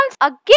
again